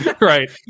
Right